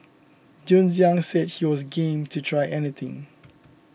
Jun Xiang said he was game to try anything